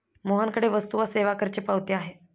मोहनकडे वस्तू व सेवा करची पावती आहे